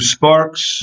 Sparks